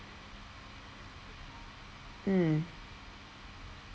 mm